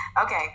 okay